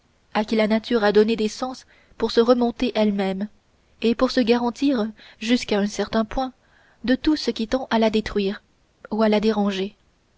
à qui la nature a donné des sens pour se remonter elle-même et pour se garantir jusqu'à un certain point de tout ce qui tend à la détruire ou à la déranger